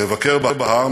לבקר בהר,